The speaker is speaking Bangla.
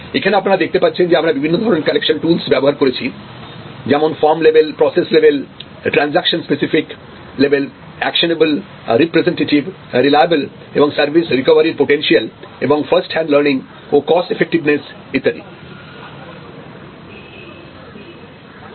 এখানে আপনারা দেখতে পাচ্ছেন যে আমরা বিভিন্ন ধরনের কালেকশন টুলস ব্যবহার করেছি যেমন farm level process level transaction specific level actionable representative reliable এবং সার্ভিস রিকভারির পোটেনশিয়াল এবং ফার্স্ট হ্যান্ড লার্নিং ও কস্ট এফেক্টিভনেস ইত্যাদি